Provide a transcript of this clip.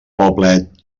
poblet